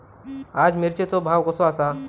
आज मिरचेचो भाव कसो आसा?